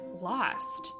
lost